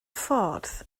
ffordd